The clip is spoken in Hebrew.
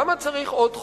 למה צריך עוד חוק?